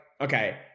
okay